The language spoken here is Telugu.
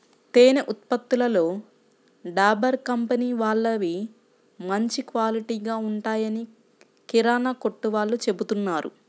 తేనె ఉత్పత్తులలో డాబర్ కంపెనీ వాళ్ళవి మంచి క్వాలిటీగా ఉంటాయని కిరానా కొట్టు వాళ్ళు చెబుతున్నారు